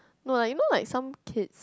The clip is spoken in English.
no lah you know like some kids